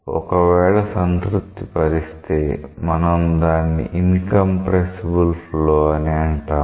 ఒకవేళ సంతృప్తిపరిస్తే మనం దాన్ని ఇన్కంప్రెసిబుల్ ఫ్లో అని అంటాము